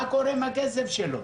מה קורה עם הכסף שלו?